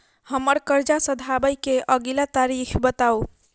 हम्मर कर्जा सधाबई केँ अगिला तारीख बताऊ?